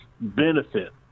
benefit